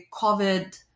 COVID